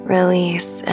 Release